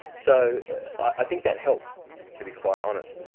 so i think that helped to be quite honest,